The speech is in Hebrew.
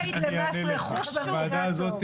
הוועדה הזאת